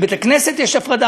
בבית-הכנסת יש הפרדה,